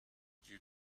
due